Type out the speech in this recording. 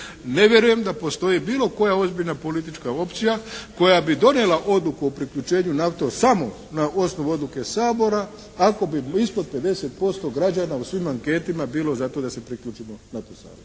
Ne vjerujem da postoji bilo koja ozbiljna politička opcija koja bi donijela odluku o priključenju NATO-u samo na osnovu odluke Sabora ako bi ispod 50% građana u svim anketama bilo za to da se priključimo NATO savezu.